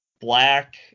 black